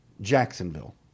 Jacksonville